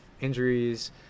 injuries